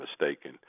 mistaken